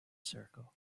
circle